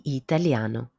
italiano